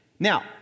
Now